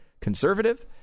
conservative